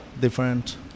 different